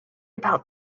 about